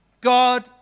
God